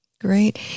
Great